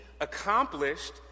accomplished